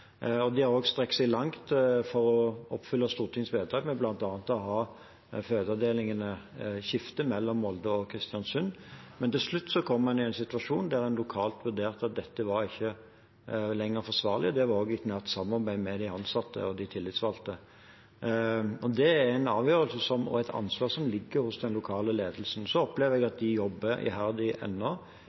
De har også strukket seg langt for å oppfylle Stortingets vedtak ved bl.a. å la fødeavdelingene skifte mellom Molde og Kristiansund, men til slutt kom man i en situasjon der man lokalt vurderte at dette var ikke lenger forsvarlig. Det var etter et nært samarbeid med de ansatte og de tillitsvalgte. Det er en avgjørelse og et ansvar som ligger hos den lokale ledelsen. Jeg opplever at de ennå jobber iherdig